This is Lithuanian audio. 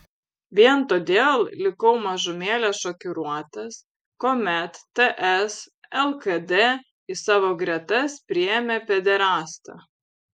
vien todėl likau mažumėlę šokiruotas kuomet ts lkd į savo gretas priėmė pederastą